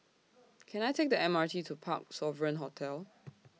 Can I Take The M R T to Parc Sovereign Hotel